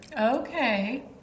Okay